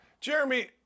Jeremy